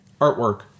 Artwork